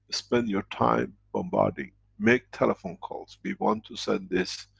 spend your time bombarding, make telephone calls, we want to send this,